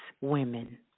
women